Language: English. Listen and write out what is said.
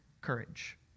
courage